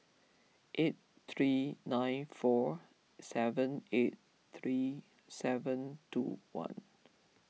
eight three nine four seven eight three seven two one